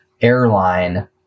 airline